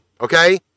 okay